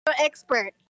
expert